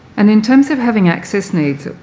and in terms of having access needs,